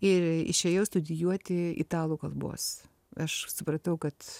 ir išėjau studijuoti italų kalbos aš supratau kad